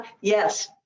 Yes